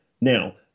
Now